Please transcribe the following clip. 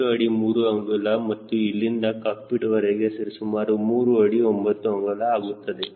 28 ಅಡಿ 3 ಅಂಗುಲ ಮತ್ತು ಇಲ್ಲಿಂದ ಕಾಕ್ಪಿಟ್ ವರೆಗೆ ಸರಿ ಸುಮಾರು 3 ಅಡಿ 9 ಅಂಗುಲ ಆಗುತ್ತದೆ